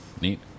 neat